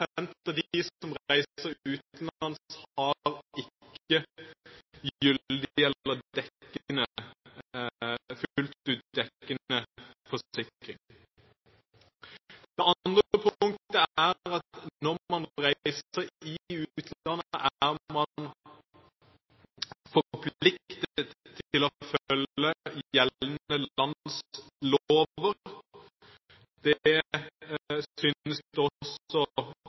har ikke gyldig eller fullt ut dekkende forsikring. Det andre punktet er at når man reiser i utlandet, er man forpliktet til å følge gjeldende lands lover. Det